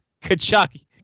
Kachuk